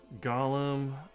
Golem